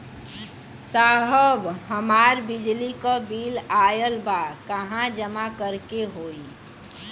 साहब हमार बिजली क बिल ऑयल बा कहाँ जमा करेके होइ?